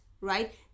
right